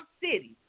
City